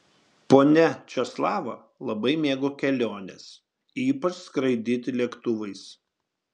ponia česlava labai mėgo keliones ypač skraidyti lėktuvais